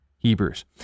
Hebrews